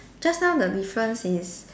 just now the difference is